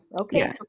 okay